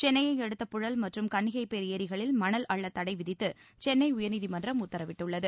சென்னைய அடுத்த புழல் மற்றும் கன்னிகைப்பேர் ஏரிகளில் மணல் அள்ள தடை விதித்து சென்னை உயர்நீதிமன்றம் உத்தரவிட்டுள்ளது